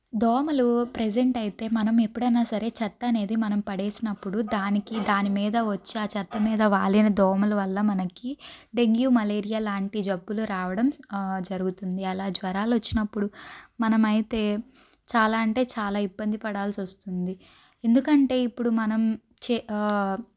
దోమలు ప్రెసెంట్ అయితే మనం ఎప్పుడైనా సరే చెత్త అనేది మనం పడేసినప్పుడు దానికి దానిమీద వచ్చే ఆ చెత్త మీద వాలిన దోమల వల్ల మనకి డెంగ్యూ మలేరియా లాంటి జబ్బులు రావడం జరుగుతుంది అలా జ్వరాలు వచ్చినప్పుడు మనమైతే చాలా అంటే చాలా ఇబ్బంది పడాల్సి వస్తుంది ఎందుకంటే ఇప్పుడు మనం చే